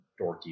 dorky